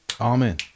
Amen